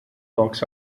box